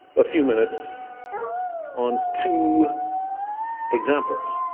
a few minutes on two examples